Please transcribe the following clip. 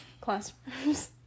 classrooms